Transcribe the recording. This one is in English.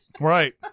right